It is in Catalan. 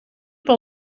per